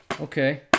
Okay